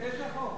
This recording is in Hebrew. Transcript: איזה חוק?